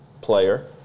player